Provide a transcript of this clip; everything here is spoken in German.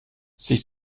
sich